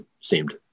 seemed